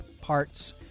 parts